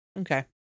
Okay